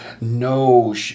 No